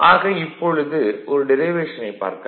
ஆக இப்பொழுது இந்த டிரைவேஷனைப் பாருங்கள்